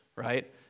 Right